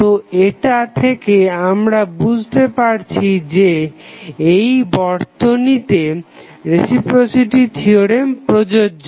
তো এটা থেকে আমরা বুঝতে পারছি যে এই বর্তনীতে রেসিপ্রোসিটি থিওরেম প্রযোজ্য